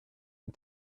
and